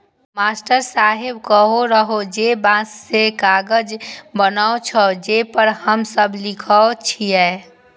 master साहेब कहै रहै जे बांसे सं कागज बनै छै, जे पर हम सब लिखै छियै